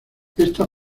esta